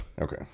Okay